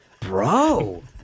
Bro